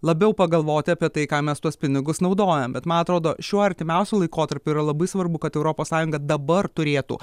labiau pagalvoti apie tai kam mes tuos pinigus naudojam bet man atrodo šiuo artimiausiu laikotarpiu yra labai svarbu kad europos sąjunga dabar turėtų